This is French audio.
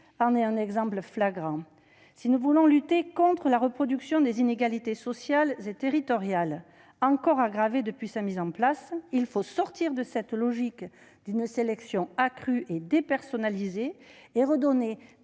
en est un exemple flagrant : si nous voulons lutter contre la reproduction des inégalités sociales et territoriales, qui se sont encore aggravées depuis la mise en place de cette plateforme, il faut sortir de cette logique de sélection accrue et dépersonnalisée, afin de redonner